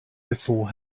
before